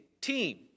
team